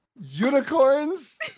unicorns